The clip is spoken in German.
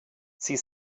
sie